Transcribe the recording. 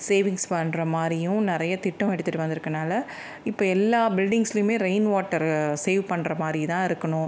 savings பண்ணுற மாதிரியும் நிறைய திட்டம் எடுத்துகிட்டு வந்திருக்கனால இப்போ எல்லா ஃபில்டிங்ஸ்லேயுமே ரெயின் வாட்டரை சேவ் பண்ணுற மாதிரி தான் இருக்கணும்